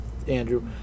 Andrew